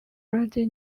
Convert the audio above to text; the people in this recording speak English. randy